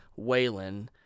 Waylon